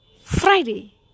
friday